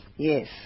Yes